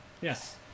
Yes